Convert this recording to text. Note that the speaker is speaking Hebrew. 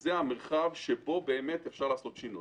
וזה המרחב שבאמת אפשר לעשות בו שינוי.